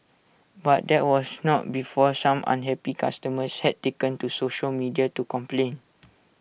but that was not before some unhappy customers had taken to social media to complain